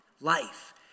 life